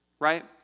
Right